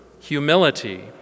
humility